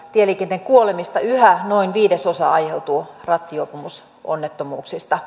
tieliikennekuolemista yhä noin viidesosa aiheutuu rattijuopumusonnettomuuksista